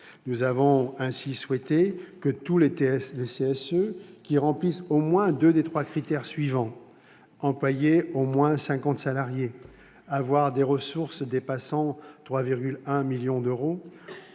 Nous avons ainsi souhaité que tous les CSE qui remplissent au moins deux des trois critères suivants- employer au moins 50 salariés, avoir des ressources dépassant 3,1 millions d'euros,